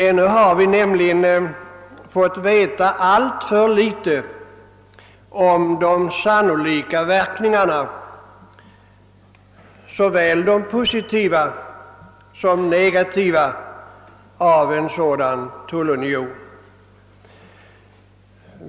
Vi har nämligen ännu fått veta alltför litet om de sannolika verkningarna — såväl de positiva som de negativa — av en sådan tullunion.